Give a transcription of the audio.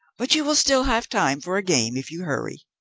but you will still have time for a game if you hurry.